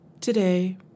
Today